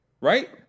right